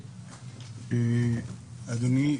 אדוני,